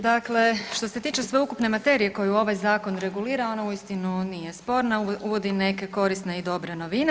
Dakle, što se tiče sveukupne materije koju ovaj zakon regulira, ona uistinu nije sporna uvodi neke korisne i dobre novine.